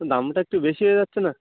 দামটা একটু বেশি হয়ে যাচ্ছে না